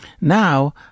now